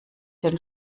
den